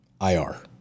IR